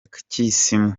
kisumu